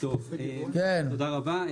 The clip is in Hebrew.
תודה רבה.